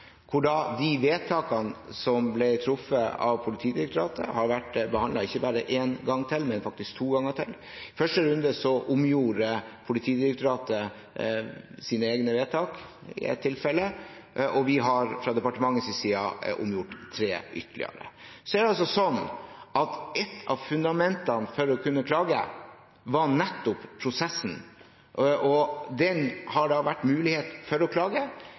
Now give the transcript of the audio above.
de vedtakene som ble truffet av Politidirektoratet, har vært behandlet ikke bare én gang til, men faktisk to ganger til. I første runde omgjorde Politidirektoratet sine egne vedtak, i ett tilfelle, og vi har fra departementets side omgjort ytterligere tre. Så er det altså sånn at et av fundamentene for å kunne klage, var nettopp prosessen, og den har det vært mulighet for å